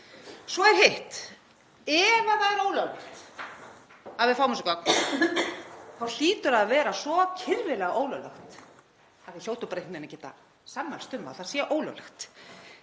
Svo er hitt. Ef það er ólöglegt að við fáum þessi gögn þá hlýtur það að vera svo kirfilega ólöglegt að við hljótum bara einhvern veginn að geta sammælst um að það sé ólöglegt.